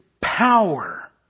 power